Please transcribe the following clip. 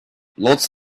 lots